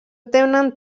tenen